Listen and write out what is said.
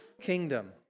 kingdom